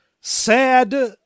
sad